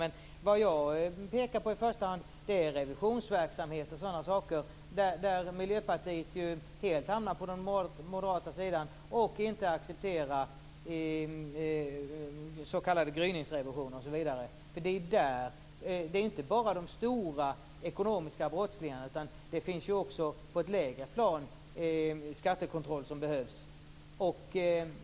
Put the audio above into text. Men vad jag pekar på är i första hand revisionsverksamhet och sådana saker där Miljöpartiet ju hamnar helt på den moderata sidan och inte accepterar s.k. gryningsrevisioner osv. Det handlar ju inte bara om de stora ekonomiska brottslingarna, utan det behövs också skattekontroll på ett lägre plan.